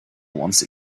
once